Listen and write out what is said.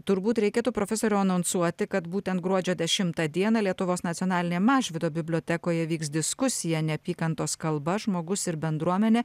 turbūt reikėtų profesoriau anonsuoti kad būtent gruodžio dešimtą dieną lietuvos nacionalinėj mažvydo bibliotekoje vyks diskusija neapykantos kalba žmogus ir bendruomenė